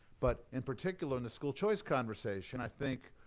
but in particular in the school choice conversation, i think,